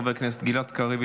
חבר הכנסת גלעד קריב,